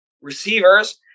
receivers